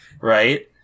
Right